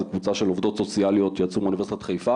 זאת קבוצה של עובדות סוציאליות שיצאו מאוניברסיטת חי0ה